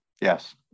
yes